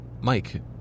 Mike